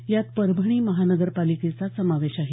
यात परभणी महानगरपालिकेचा समावेश आहे